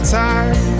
time